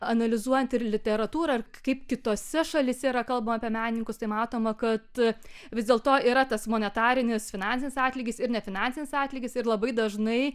analizuojant ir literatūrą kaip kitose šalyse yra kalba apie menininkus tai matoma kad vis dėlto yra tas monetarinis finansinis atlygis ir ne finansinis atlygis ir labai dažnai